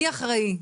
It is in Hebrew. מי אחראי,